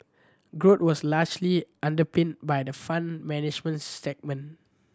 growth was largely underpinned by the Fund Management segment